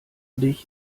dich